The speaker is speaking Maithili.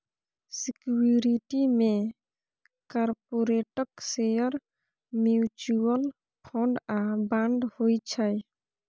सिक्युरिटी मे कारपोरेटक शेयर, म्युचुअल फंड आ बांड होइ छै